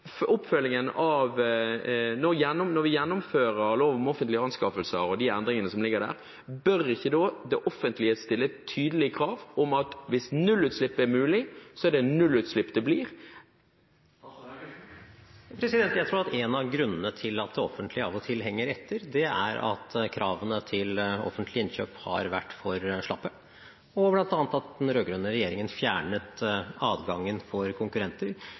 Når vi gjennomfører lov om offentlige anskaffelser og de endringene som foreligger der, bør ikke det offentlige da stille tydelige krav om at hvis nullutslipp er mulig, er det nullutslipp det blir? Jeg tror at en av grunnene til at det offentlige av og til henger etter, er at kravene til offentlige innkjøp har vært for slappe, og bl.a. at den rød-grønne regjeringen fjernet adgangen for konkurrenter